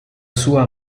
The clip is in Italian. sua